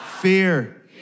Fear